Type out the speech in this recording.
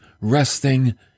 resting